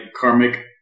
karmic